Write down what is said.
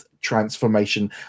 transformation